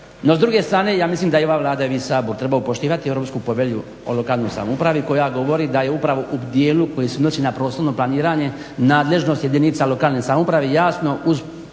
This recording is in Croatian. s druge strane ja mislim da i ova Vlada i ovaj Sabor trebao bi poštivati Europsku povelju o lokalnoj samoupravi koja govori da je upravo u dijelu koji se odnosi na prostorno planiranje nadležnost jedinica lokalne samouprave jasno uz